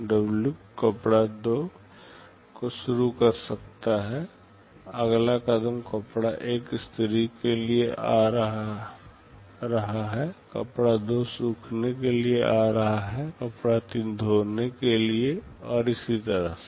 W कपड़े 2 को शुरू कर सकता अगला कदम कपड़ा 1 इस्त्री के लिए आ रहा है कपड़ा 2 सूखने के लिए आ रहा है कपड़ा 3 धोने के लिए और इसी तरह से